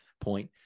point